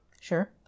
Sure